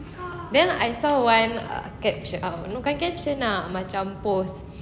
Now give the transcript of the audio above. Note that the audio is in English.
then I saw one uh caption uh bukan caption ah macam post